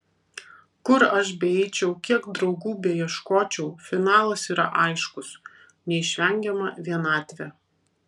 kur aš beeičiau kiek draugų beieškočiau finalas yra aiškus neišvengiama vienatvė